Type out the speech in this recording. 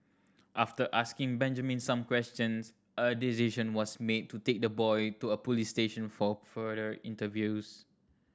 after asking Benjamin some questions a decision was made to take the boy to a police station for further interviews